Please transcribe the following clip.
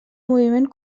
moviment